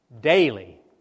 daily